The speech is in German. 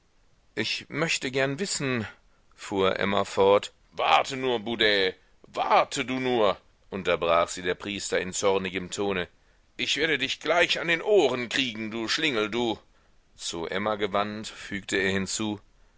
ich möchte gern wissen fuhr emma fort warte nur boudet warte du nur unterbrach sie der priester in zornigem tone ich werde dich gleich an den ohren kriegen du schlingel du zu emma gewandt fügte er hinzu